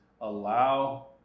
allow